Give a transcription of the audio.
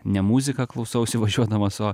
ne muziką klausausi važiuodamas o